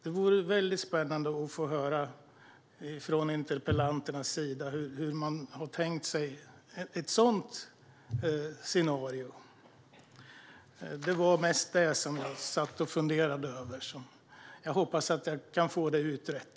Det vore spännande att höra hur interpellanten har tänkt sig ett sådant scenario. Det var det som jag satt och funderade över. Jag hoppas att jag kan få detta utrett.